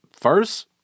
first